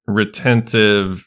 retentive